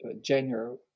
January